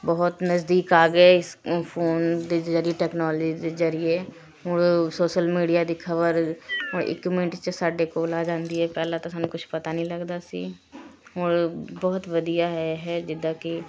ਬਹੁਤ ਨਜ਼ਦੀਕ ਆ ਗਏ ਇਸ ਫ਼ੋਨ ਦੇ ਜ਼ਰੀਏ ਤਕਨੋਲਜੀ ਦੇ ਜ਼ਰੀਏ ਹੁਣ ਸੋਸਲ ਮੀਡੀਆ ਦੀ ਖ਼ਬਰ ਹੁਣ ਇੱਕ ਮਿੰਟ 'ਚ ਸਾਡੇ ਕੋਲ ਆ ਜਾਂਦੀ ਹੈ ਪਹਿਲਾਂ ਤਾਂ ਸਾਨੂੰ ਕੁਝ ਪਤਾ ਨਹੀਂ ਲੱਗਦਾ ਸੀ ਹੁਣ ਬਹੁਤ ਵਧੀਆ ਹੈ ਹੈ ਜਿੱਦਾਂ ਕਿ